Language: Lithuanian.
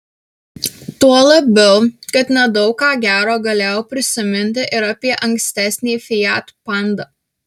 tuo labiau kad nedaug ką gero galėjau prisiminti ir apie ankstesnį fiat panda